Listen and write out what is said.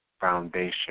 foundation